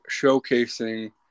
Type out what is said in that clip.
showcasing